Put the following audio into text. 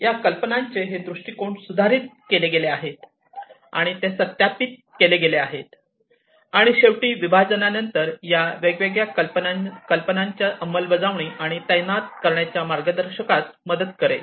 या कल्पनांचे हे दृष्टिकोन सुधारित केले गेले आहेत आणि ते सत्यापित केले गेले आहेत आणि शेवटी विभाजनानंतर या वेगवेगळ्या कल्पनांच्या अंमलबजावणी आणि तैनात करण्याच्या मार्गदर्शकास मदत करेल